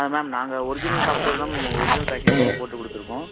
ஆ ma'am நாங்கள் original software தான் ma'am original package தான் மேம் போட்டு கொடுத்துருக்கோம்